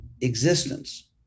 existence